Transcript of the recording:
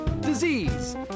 disease